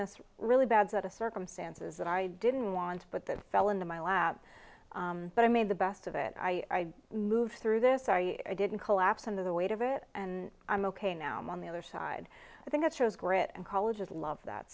this really bad set of circumstances and i didn't want to put that fell into my lap but i made the best of it i moved through this i didn't collapse under the weight of it and i'm ok now i'm on the other side i think it shows grit and colleges love that